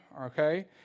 okay